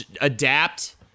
adapt